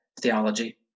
theology